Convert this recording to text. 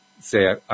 say